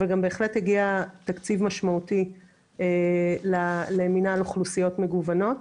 אבל גם בהחלט הגיע תקציב משמעותי למנהל אוכלוסיות מגוונות.